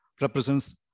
Represents